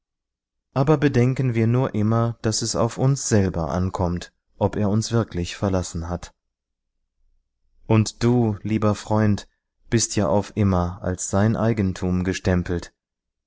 aber bedenken wir nur immer daß es auf uns selber ankommt ob er uns wirklich verlassen hat und du lieber freund bist ja auf immer als sein eigentum gestempelt